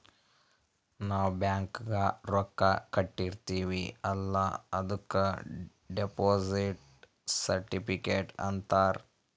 ನಾವ್ ಬ್ಯಾಂಕ್ಗ ರೊಕ್ಕಾ ಕಟ್ಟಿರ್ತಿವಿ ಅಲ್ಲ ಅದುಕ್ ಡೆಪೋಸಿಟ್ ಸರ್ಟಿಫಿಕೇಟ್ ಅಂತಾರ್